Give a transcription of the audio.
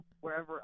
wherever